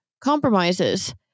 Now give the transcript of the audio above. compromises